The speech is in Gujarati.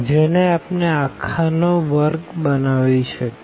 જેને આપણે આખા નો વર્ગ બનાવી શકીએ